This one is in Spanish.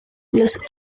los